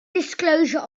disclosure